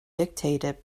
dictated